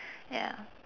ya